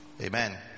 Amen